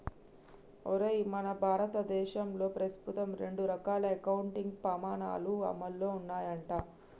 ఒరేయ్ మన భారతదేశంలో ప్రస్తుతం రెండు రకాల అకౌంటింగ్ పమాణాలు అమల్లో ఉన్నాయంట